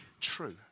true